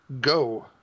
go